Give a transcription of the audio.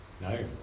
No